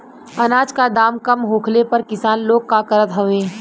अनाज क दाम कम होखले पर किसान लोग का करत हवे?